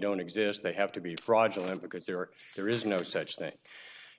don't exist they have to be fraudulent because there are there is no such thing